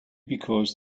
because